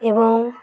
ଏବଂ